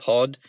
Pod